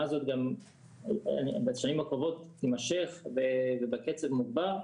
הזאת גם בשנים הקרובות תימשך ובקצב מוגבר,